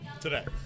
today